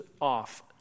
off